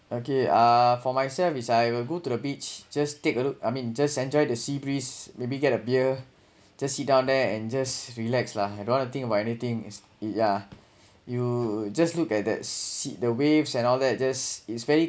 okay uh for myself is I will go to the beach just take a look I mean just enjoy the sea breeze maybe get a beer just sit down there and just relax lah I don't want to think about anything is it yeah you just look at that sea the waves and all that this is very